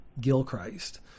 Gilchrist